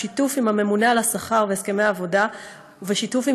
בשיתוף עם הממונה על השכר והסכמי עבודה ובשיתוף עם